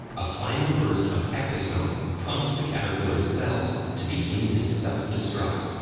a final burst of ecdysone prompts the caterpillar's cells to begin to self-destruct.